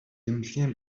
эмнэлгийн